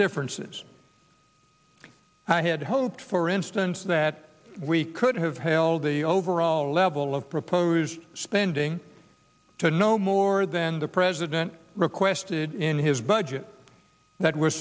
differences i had hoped for instance that we could have held the overall level of proposed spending to no more than the president requested in his budget that were